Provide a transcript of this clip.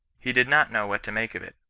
he did not know what to make of it.